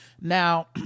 Now